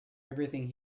everything